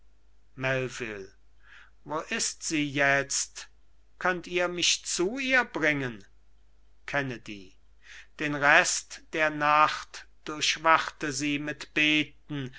wo ist sie jetzt könnt ihr mich zu ihr bringen kennedy den rest der nacht durchwachte sie mit beten